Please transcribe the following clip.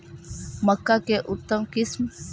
मक्का के उतम किस्म?